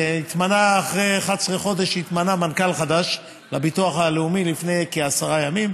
אחרי 11 חודשים התמנה מנכ"ל חדש לביטוח הלאומי לפני כעשרה ימים.